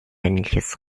männliches